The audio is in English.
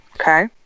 Okay